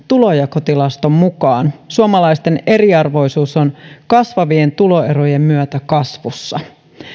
tulonjakotilaston mukaan suomalaisten eriarvoisuus on kasvavien tuloerojen myötä kasvussa